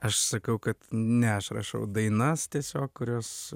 aš sakau kad ne aš rašau dainas tiesiog kurios